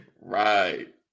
Right